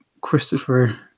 Christopher